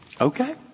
Okay